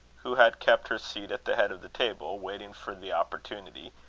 who had kept her seat at the head of the table, waiting for the opportunity,